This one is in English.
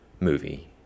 movie